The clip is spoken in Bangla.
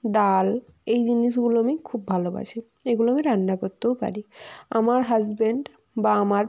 ডাল এই জিনিসগুলো আমি খুব ভালোবাসি এগুলো আমি রান্না করতেও পারি আমার হাজবেন্ড বা আমার